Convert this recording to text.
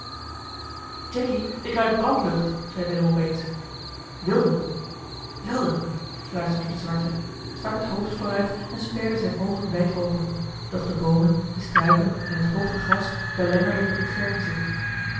jacky ik ruik brandlucht zei willem op eens wilden fluisterde de zwarte stak het hoofd vooruit en sperde zijne oogen wijd open doch de boomen de struiken en het hooge gras belemmerden het